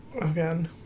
Again